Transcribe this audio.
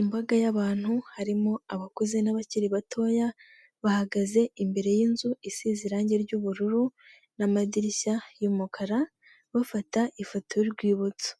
Imbaga y'abantu harimo abakuze n'abakiri batoya, bahagaze imbere y'inzu isize irangi ry'ubururu n'amadirishya y'umukara, bafata ifoto y'urwibutso.